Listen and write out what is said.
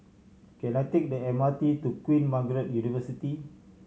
can I take the M R T to Queen Margaret University